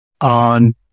on